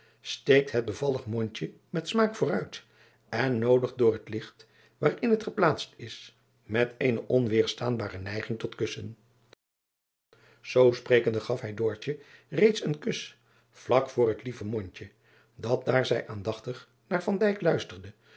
aurits ijnslager mondje met smaak vooruit en noodigt door het licht waarin het geplaatst is met eene onweêrstaanbare neiging tot kussen oo sprekende gaf hij reeds een kus vlak voor het lieve mondje dat daar zij aandachtig naar luisterde